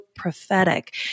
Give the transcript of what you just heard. prophetic